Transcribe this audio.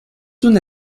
una